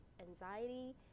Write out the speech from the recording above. anxiety